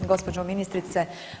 Gospođo ministrice.